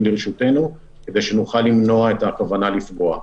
לרשותנו כדי שנוכל למנוע את הכוונה לפגוע,